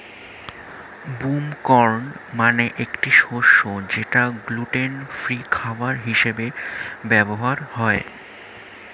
broom corn মানে একটি শস্য যেটা গ্লুটেন ফ্রি খাবার হিসেবে ব্যবহার হয়